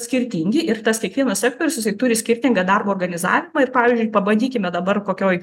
skirtingi ir tas kiekvienas sektorius jisai turi skirtingą darbo organizavimą ir pavyzdžiui pabandykime dabar kokioj